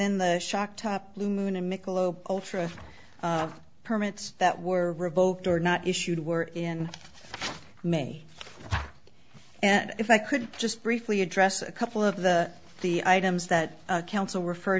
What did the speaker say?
then the shock top blue moon and michelob ultra permits that were revoked or not issued were in may and if i could just briefly address a couple of the the items that counsel refer